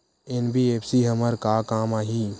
NBFC हमर का काम आही?